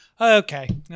okay